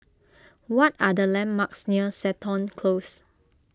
what are the landmarks near Seton Close